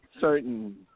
Certain